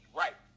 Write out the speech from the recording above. right